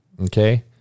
okay